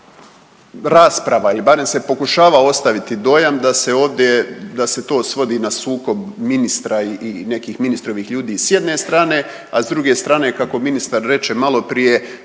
rasprava ili barem se pokušava ostaviti dojam da se ovdje, da se to svodi na sukob ministra i nekih ministrovih ljudi s jedne strane, a s druge strane, kako ministar reče maloprije,